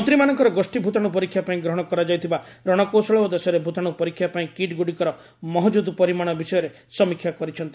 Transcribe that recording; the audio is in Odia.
ମନ୍ତ୍ରୀମାନଙ୍କର ଗୋଷ୍ଠୀ ଭୂତାଣୁ ପରୀକ୍ଷାପାଇଁ ଗ୍ରହଣ କରାଯାଇଥିବା ରଶକୌଶଳ ଓ ଦେଶରେ ଭୂତାଣୁ ପରୀକ୍ଷା ପାଇଁ କିଟ୍ ଗୁଡ଼ିକର ମହଜୁଦ ପରିମାଣ ବିଷୟରେ ସମୀକ୍ଷା କରିଛନ୍ତି